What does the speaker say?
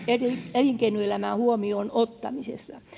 elinkeinoelämän huomioon ottamisessa